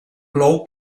plou